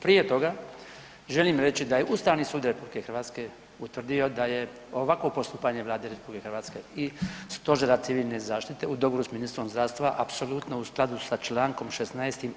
Prije toga želim reći da je Ustavni sud RH utvrdio da je ovakvo postupanje Vlade RH i Stožera civilne zaštite u dogovoru s ministrom zdravstva apsolutno u skladu s čl. 16.